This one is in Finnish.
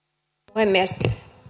puhemies